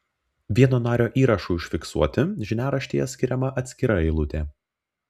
vieno nario įnašui užfiksuoti žiniaraštyje skiriama atskira eilutė